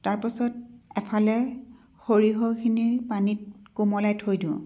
তাৰপাছত এফালে সৰিয়হখিনি পানীত কোমলাই থৈ দিওঁ